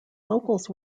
locals